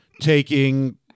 Taking